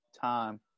time